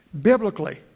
Biblically